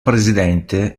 presidente